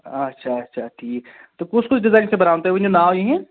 اچھا اچھا ٹھیٖک تہٕ کُس کُس ڈِزایِن چھِ بَناوُن تُہۍ ؤنِو ناو یِہِنٛدۍ